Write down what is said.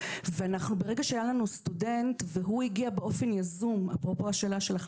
וברגע שהיה לנו סטודנט והוא הגיע באופן יזום - אפרופו השאלה שלך,